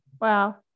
Wow